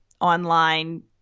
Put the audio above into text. online